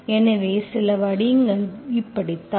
எனவே சில வடிவங்கள் இப்படித்தான்